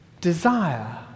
desire